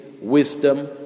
wisdom